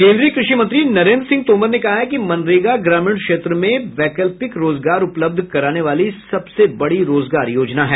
केंद्रीय कृषि मंत्री नरेंद्र सिंह तोमर ने कहा है कि मनरेगा ग्रामीण क्षेत्र में वैकल्पिक रोजगार उपलब्ध कराने वाली सबसे बड़ी रोजगार योजना है